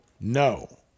No